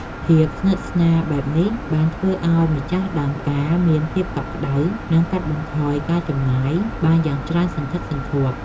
ភាពស្និទ្ធស្នាលបែបនេះបានធ្វើឱ្យម្ចាស់ដើមការមានភាពកក់ក្តៅ និងកាត់បន្ថយការចំណាយបានយ៉ាងច្រើនសន្ធឹកសន្ធាប់។